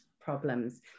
problems